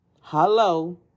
Hello